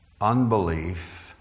unbelief